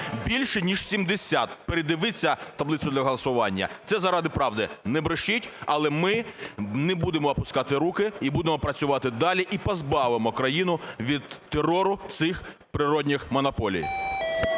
Більше ніж 70. Передивіться таблицю для голосування. Це заради правди. Не брешіть. Але ми не будемо опускати руки і будемо працювати й далі, і позбавимо країну від терору цих природніх монополій.